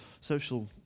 social